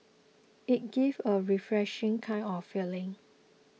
it gives a refreshing kind of feeling